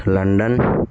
London